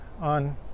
on